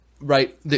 Right